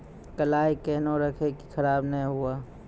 कलाई केहनो रखिए की खराब नहीं हुआ?